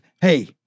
hey